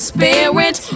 Spirit